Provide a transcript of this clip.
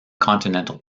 continental